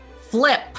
flip